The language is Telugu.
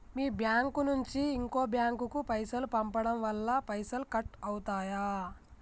మీ బ్యాంకు నుంచి ఇంకో బ్యాంకు కు పైసలు పంపడం వల్ల పైసలు కట్ అవుతయా?